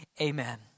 Amen